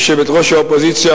יושבת-ראש האופוזיציה,